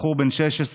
בחור בן 16,